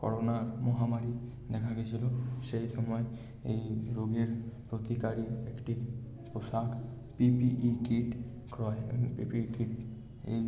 corona মহামারী দেখা গিয়েছিল সেই সময় এই রোগের প্রতিকারী একটি পোশাক পি পি ই কিট ক্রয় পি পি ই কিট এই